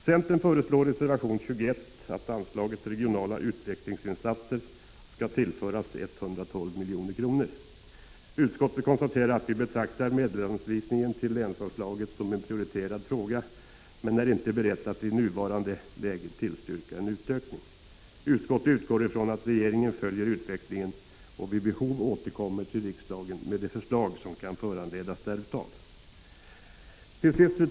Centern föreslår i reservation 21 att anslaget Regionala utvecklingsinsatser skall tillföras 102 milj.kr. Utskottet konstaterar att det betraktar medelsanvisningen till länsanslaget som en prioriterad fråga, men är inte berett att i nuvarande läge tillstyrka en utökning. Utskottet utgår ifrån att regeringen följer utvecklingen och vid behov återkommer till riksdagen med de förslag som kan föranledas därav. Fru talman!